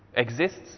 exists